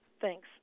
Thanks